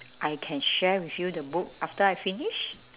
I can share with you the book after I finish